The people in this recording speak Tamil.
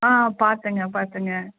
ஆ பார்த்தேங்க பார்த்தேங்க